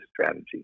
strategy